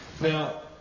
Now